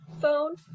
phone